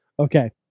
Okay